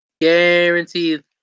Guaranteed